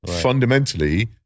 fundamentally